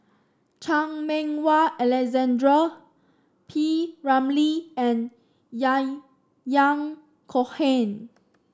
Chan Meng Wah Alexander P Ramlee and Yahya Cohen